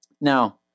Now